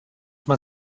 man